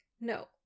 No